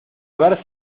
ver